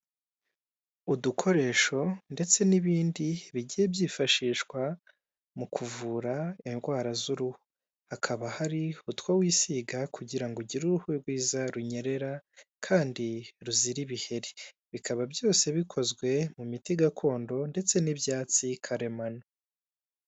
Udukoresho ndetse n'ibindi bigiye byifashishwa mu kuvura indwara z'uruhu, hakaba hari utwo wisiga kugirango ugire uruhu rwiza runyerera kandi ruzira ibiheri, bikaba byose bikozwe mu miti gakondo ndetse n'ibyatsi karemano.